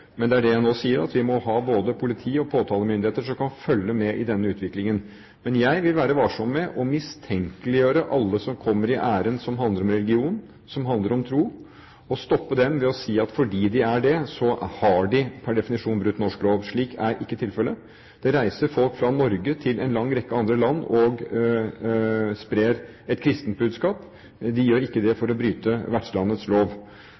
Det er det jeg nå sier, at vi må ha både politi og påtalemyndigheter som kan følge med på denne utviklingen. Men jeg vil være varsom med å mistenkeliggjøre alle som kommer i ærend som handler om religion, som handler om tro, og stoppe dem ved å si at fordi de gjør det, har de per definisjon brutt norsk lov. Det er ikke tilfellet. Det reiser folk fra Norge til en lang rekke andre land og sprer et kristent budskap. De gjør ikke det for å bryte vertslandets lov,